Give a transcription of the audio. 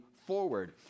forward